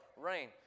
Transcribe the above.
rain